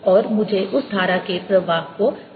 और मुझे उस धारा के प्रभाव को देखना चाहिए